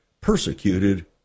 persecuted